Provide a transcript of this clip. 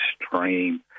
extreme